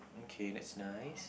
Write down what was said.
okay that's nice